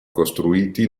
costruiti